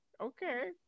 Okay